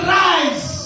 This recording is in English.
rise